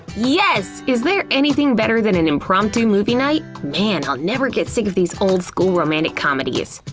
yes! is there anything better than an impromptu movie night? man, i'll never get sick of these old school romantic comedies.